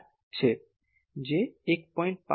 5 છે